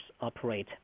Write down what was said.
operate